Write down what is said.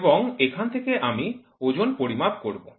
এবং এখান থেকে আমি ওজন পরিমাপ করব